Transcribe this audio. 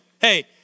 Hey